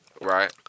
right